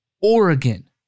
Oregon